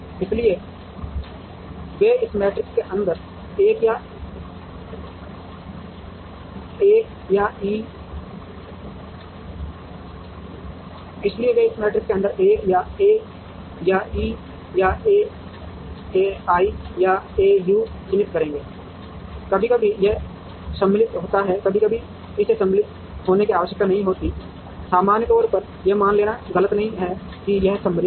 इसलिए वे इस मैट्रिक्स के अंदर एक या एक या ई या एआई या एयू को चिह्नित करेंगे कभी कभी यह सममित होता है कभी कभी इसे सममित होने की आवश्यकता नहीं होती है सामान्य तौर पर यह मान लेना गलत नहीं है कि यह सममित है